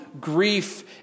Grief